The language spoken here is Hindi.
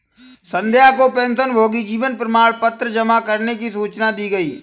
संध्या को पेंशनभोगी जीवन प्रमाण पत्र जमा करने की सूचना दी गई